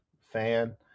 fan